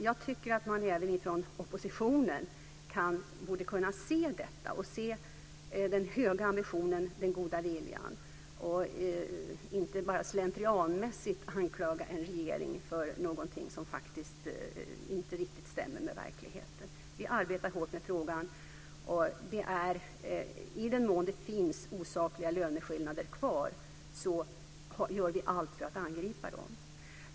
Jag tycker att man även från oppositionen borde kunna se detta, se den höga ambitionen, den goda viljan och inte bara slentrianmässigt anklaga en regering för någonting som faktiskt inte riktigt stämmer med verkligheten. Vi arbetar hårt med frågan. I den mån det finns osakliga löneskillnader kvar gör vi allt för att angripa dem.